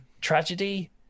tragedy